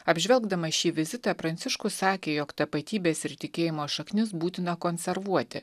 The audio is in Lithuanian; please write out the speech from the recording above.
apžvelgdamas šį vizitą pranciškus sakė jog tapatybės ir tikėjimo šaknis būtina konservuoti